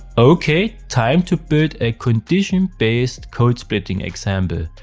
ok, time to build a condition-based code-splitting example.